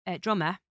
drummer